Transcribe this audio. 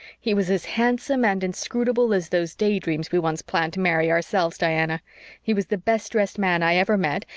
he was as handsome and inscrutable as those daydreams we once planned to marry ourselves, diana he was the best dressed man i ever met,